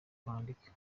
kwandika